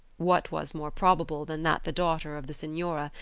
what was more probable than that the daughter of the senora,